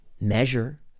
measure